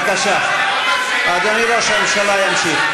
בבקשה, אדוני ראש הממשלה ימשיך.